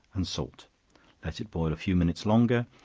and salt let it boil a few minutes longer,